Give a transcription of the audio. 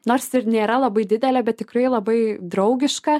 nors ir nėra labai didelė bet tikrai labai draugiška